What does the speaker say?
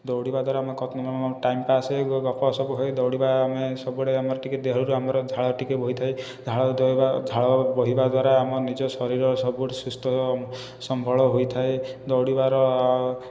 ଦୌଡ଼ିବାଦ୍ୱାରା ଆମେ ଟାଇମପାସ୍ ହୁଏ ଗପସପ ହୁଏ ଦୌଡ଼ିବା ଆମେ ସବୁରେ ଆମର ଦେହରୁ ଆମର ଝାଳ ଟିକିଏ ବୋହିଥାଏ ଝାଳ ବୋହିବା ଝାଳ ବୋହିବାଦ୍ୱାରା ଆମ ନିଜ ଶରୀର ସବୁଠାରୁ ସୁସ୍ଥସବଳ ହୋଇଥାଏ ଦୌଡ଼ିବାର